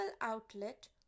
outlet